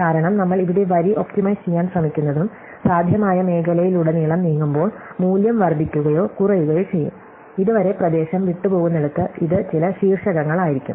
കാരണം നമ്മൾ ഇവിടെ വരി ഒപ്റ്റിമൈസ് ചെയ്യാൻ ശ്രമിക്കുന്നതും സാധ്യമായ മേഖലയിലുടനീളം നീങ്ങുമ്പോൾ മൂല്യം വർദ്ധിക്കുകയോ കുറയുകയോ ചെയ്യും ഇതുവരെ പ്രദേശം വിട്ടുപോകുന്നിടത്ത് ഇത് ചില ശീർഷകങ്ങളായിരിക്കും